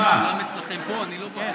חמד, תגיד להם, 12 שנה לא היה דבר כזה.